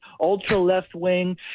ultra-left-wing